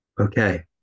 Okay